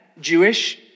Jewish